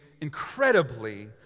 incredibly